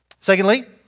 Secondly